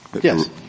Yes